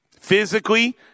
physically